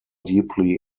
deeply